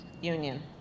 union